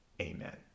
Amen